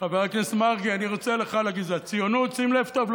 אני רוצה להגיד את זה לך, שים לב טוב.